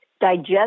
digest